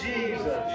Jesus